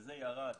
זה ירד